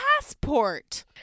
passport